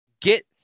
get